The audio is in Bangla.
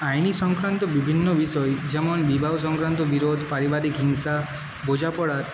আইনি সংক্রান্ত বিভিন্ন বিষয় যেমন বিবাহ সংক্রান্ত বিরোধ পারিবারিক হিংসা বোঝাপড়ার